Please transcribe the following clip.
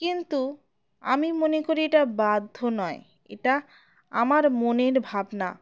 কিন্তু আমি মনে করি এটা বাধ্য নয় এটা আমার মনের ভাবনা